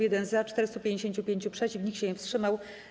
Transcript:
1 - za, 455 - przeciw, nikt się nie wstrzymał.